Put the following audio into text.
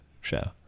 show